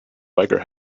biker